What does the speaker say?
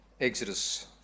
Exodus